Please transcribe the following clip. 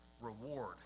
reward